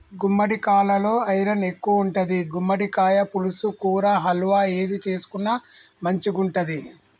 గుమ్మడికాలలో ఐరన్ ఎక్కువుంటది, గుమ్మడికాయ పులుసు, కూర, హల్వా ఏది చేసుకున్న మంచిగుంటది